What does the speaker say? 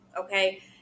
okay